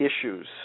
issues